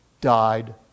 died